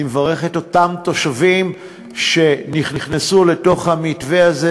אני מברך את אותם תושבים שנכנסו לתוך המתווה הזה.